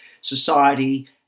society